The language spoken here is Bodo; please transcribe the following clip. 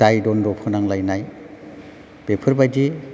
दाय दन्द फोनांलायनाय बेफोरबायदि